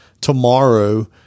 tomorrow